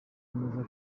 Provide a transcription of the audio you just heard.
neza